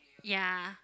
ya